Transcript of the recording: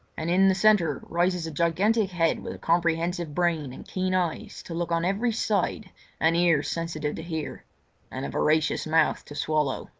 and in the centre rises a gigantic head with a comprehensive brain and keen eyes to look on every side and ears sensitive to hear and a voracious mouth to swallow.